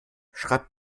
schreibt